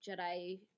Jedi